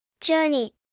journey